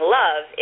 love